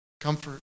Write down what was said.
comfort